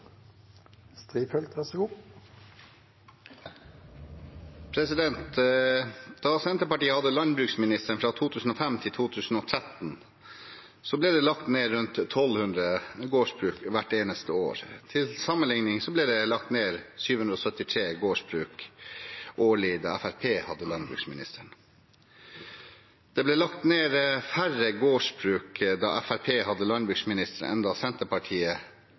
Da Senterpartiet hadde landbruksministeren, fra 2005–2013, ble det lagt ned rundt 1 200 gårdsbruk hvert eneste år. Til sammenlikning ble det lagt ned 733 gårdsbruk årlig da Fremskrittspartiet hadde landbruksministeren. Det ble lagt ned færre gårdsbruk da Fremskrittspartiet hadde landbruksministeren enn da Senterpartiet